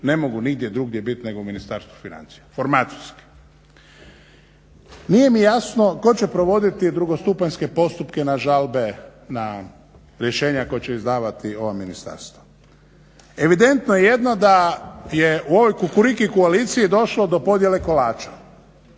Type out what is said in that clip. ne mogu nigdje drugdje biti nego u Ministarstvu financija formacijski. Nije mi jasno tko će provoditi drugostupanjske postupke na žalbe na rješenja koja će izdavati ovo ministarstvo. Evidentno je jedno da u je u ovoj kukuriku koaliciji je došlo do podjele kolača.